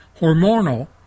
hormonal